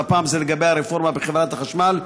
והפעם זה לגבי הרפורמה בחברת החשמל,